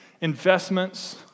investments